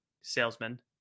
salesman